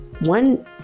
one